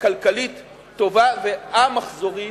כלכלית טובה וא-מחזורית,